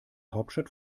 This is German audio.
hauptstadt